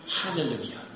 Hallelujah